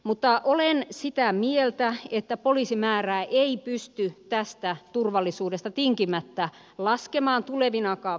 mutta olen sitä mieltä että poliisimäärää ei tästä pysty turvallisuudesta tinkimättä laskemaan tulevinakaan vuosina